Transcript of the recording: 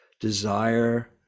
desire